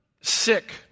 sick